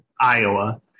Iowa